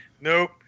Nope